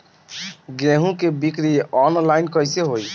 गेहूं के बिक्री आनलाइन कइसे होई?